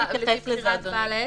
בעצם, לפי בחירת בעל העסק?